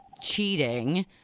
cheating